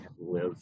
live